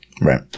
Right